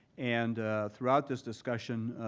and throughout this discussion,